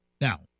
Now